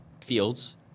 Fields